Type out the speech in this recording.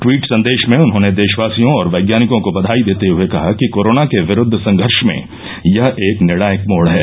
tweet संदेश में उन्होंने देशवासियों और वैज्ञानिकों को बधाई देते हुए कहा कि कोरोना के विरूद्व संघर्ष में यह एक निर्णायक मोड़ है